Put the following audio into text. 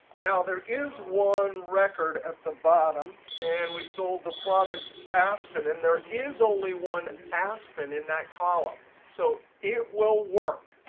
now there is one record at the bottom, and we sold the product aspin. and there is only one aspin in that column. so it will work.